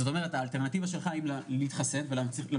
זאת אומרת האלטרנטיבה שלך אם להתחסן ולהמשיך